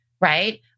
right